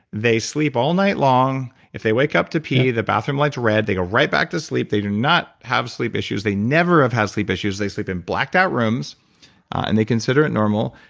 they sleep all night long. if they wake up to pee, the bathroom lights are red. they go right back to sleep. they do not have sleep issues. they never have had sleep issues. they sleep in blacked out rooms and they consider it normal.